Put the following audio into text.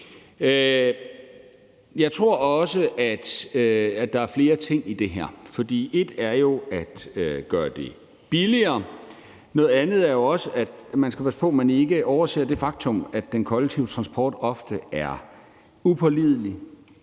Jeg tror også, at der er flere ting i det her. For ét er jo at gøre det billigere, noget andet er, at man skal passe på, at man ikke overser det faktum, at den kollektive transport ofte er upålidelig